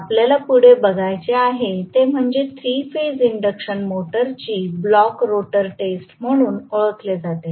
आपल्याला पुढे बघायचे आहे ते म्हणजे 3 फेज इंडक्शन मोटरची ब्लॉक रोटर टेस्ट म्हणून ओळखले जाते